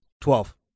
Twelve